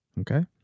okay